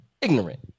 Ignorant